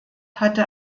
hatte